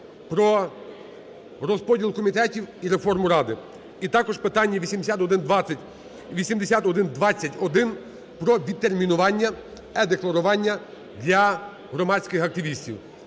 про розподіл комітетів і реформу Ради. І також питання 8120 і 8120-1 – про відтермінування е-декларування для громадських активістів.